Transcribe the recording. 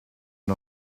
wir